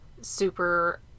super